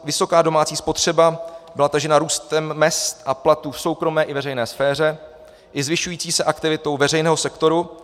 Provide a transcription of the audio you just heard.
Vysoká domácí spotřeba byla tažena růstem mezd a platů v soukromé i veřejné sféře i zvyšující se aktivitou veřejného sektoru.